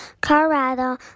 Colorado